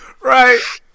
Right